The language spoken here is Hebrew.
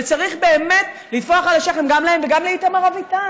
וצריך באמת לטפוח על השכם גם להם וגם לאיתמר אביטן.